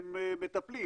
אתם מטפלים,